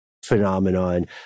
phenomenon